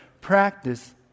practice